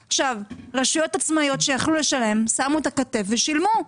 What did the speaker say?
רשויות עצמאיות שיכלו לשלם שמו את הכתף ושילמו.